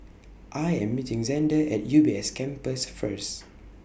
I Am meeting Zander At U B S Campus First